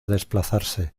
desplazarse